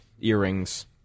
earrings